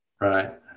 Right